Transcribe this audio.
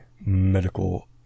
medical